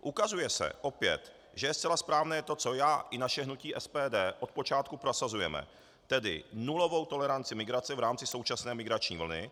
Ukazuje se opět, že je zcela správné to, co já i naše hnutí SPD od počátku prosazujeme, tedy nulovou toleranci migrace v rámci současné migrační vlny.